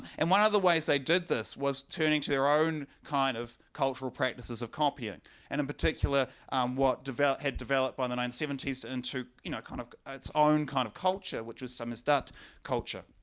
and one of the ways they did this was turning to their own kind of cultural practices of copying and in particular what develop had developed by the nineteen seventies into you know kind of ah its own kind of culture which was samizdat culture